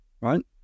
right